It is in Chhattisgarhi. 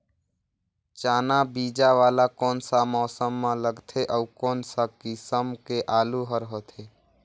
चाना बीजा वाला कोन सा मौसम म लगथे अउ कोन सा किसम के आलू हर होथे?